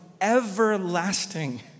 everlasting